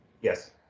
yes